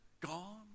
gone